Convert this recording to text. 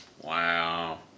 Wow